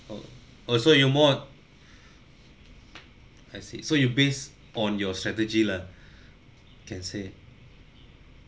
oh oh so you more I see so you based on your strategy lah can say